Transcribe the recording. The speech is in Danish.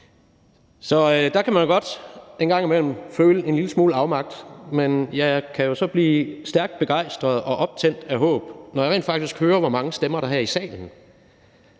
Så der kan man godt en gang imellem føle en lille smule afmagt, men jeg kan jo så blive stærkt begejstret og optændt af håb, når jeg rent faktisk hører, hvor mange stemmer der her i salen